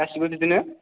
गासिबो बिदिनो